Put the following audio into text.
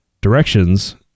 directions